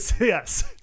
Yes